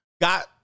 got